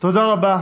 תודה רבה.